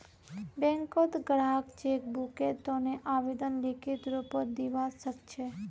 बैंकत ग्राहक चेक बुकेर तने आवेदन लिखित रूपत दिवा सकछे